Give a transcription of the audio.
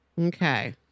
Okay